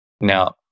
Now